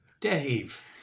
Dave